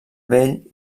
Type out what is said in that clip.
vell